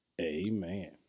Amen